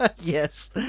Yes